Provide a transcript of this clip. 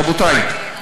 רבותי,